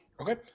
Okay